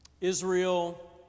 Israel